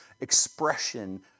expression